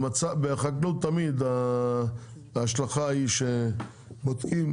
בחקלאות תמיד ההשלכה היא שבודקים,